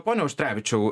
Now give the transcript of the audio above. pone auštrevičiau